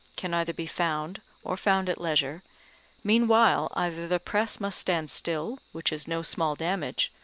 can either be found, or found at leisure meanwhile either the press must stand still, which is no small damage,